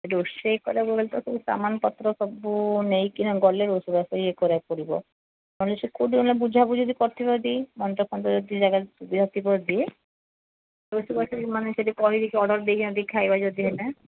ରୋଷଇ କରିବା ବେଳ ତ ସାମାନ ପତ୍ର ସବୁ ନେଇକି ଗଲେ ରୋଷେଇବାସ କରିବାକୁ ପଡ଼ିବ ନ ହେଲେ କୋଉଠି ବୁଝାବୁଝି କରିଥିବ ଯଦି ମନ୍ଦିର ଫନ୍ଦିର ଯଦି ଜାଗା ସୁବିଧା ଥିବ ଯଦି ରୋଷଇବାସ ମାନେ ସେଠି କହି ଅର୍ଡର ଦେଇ ଆଣନ୍ତି ଖାଇବା ଯଦି ହେଲା